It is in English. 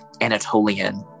Anatolian